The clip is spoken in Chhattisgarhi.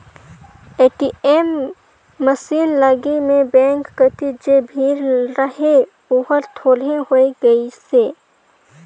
ए.टी.एम मसीन लगे में बेंक कति जे भीड़ रहें ओहर थोरहें होय गईसे